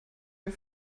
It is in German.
wir